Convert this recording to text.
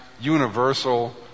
universal